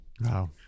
Wow